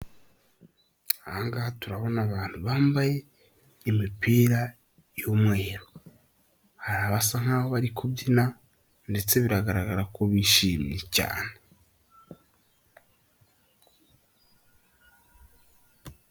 Ahangaha turabona abantu bambaye imipira y'umweru, hari abasa nk'aho bari kubyina ndetse biragaragara ko bishimye cyane.